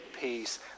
peace